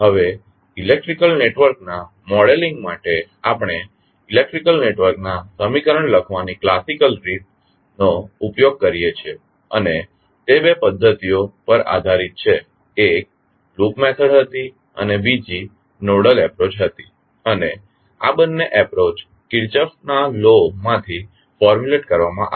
હવે electrical network ના modelling માટે આપણે ઇલેક્ટ્રીકલ નેટવર્કના સમીકરણ લખવાની કલાસીકલ રીત નો ઉપયોગ કરીએ છીએ અને તે બે પદ્ધતિઓ પર આધારિત હતી એક લૂપ મેથડ હતી અને બીજી નોડલ એપ્રોચ હતી અને આ બંને એપ્રોચ કિર્ચોફના લૉ Kirchhoff's law માંથી ફોર્મ્યુલેટ કરવામાં આવ્યા છે